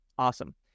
Awesome